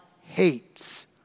hates